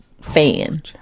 fan